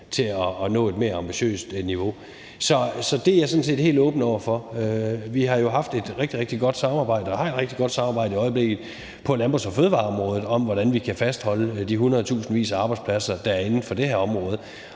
til at nå et mere ambitiøst niveau. Så det er jeg sådan set helt åben over for. Vi har jo haft et rigtig, rigtig godt samarbejde, og har et rigtig godt samarbejde i øjeblikket, på landbrugs- og fødevareområdet om, hvordan vi kan fastholde de hundredtusindvis af arbejdspladser, der er inden for det område,